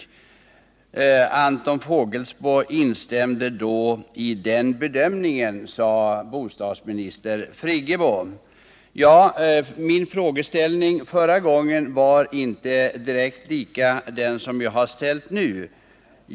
Anton Fågelsbo instämde då i den bedömningen, sade bostadsminister Friggebo. Min tidigare fråga var inte direkt lik den jag nu ställer.